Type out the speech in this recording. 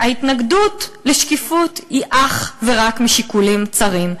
ההתנגדות לשקיפות היא אך ורק משיקולים צרים.